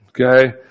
Okay